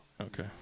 Okay